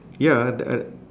ya ah the